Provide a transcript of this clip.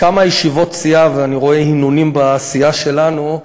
כמה ישיבות סיעה, אני רואה הנהונים בסיעה שלנו,